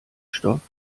stoff